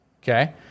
Okay